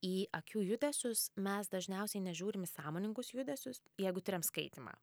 į akių judesius mes dažniausiai nežiūrim į sąmoningus judesius jeigu tiriam skaitymą